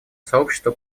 сообщество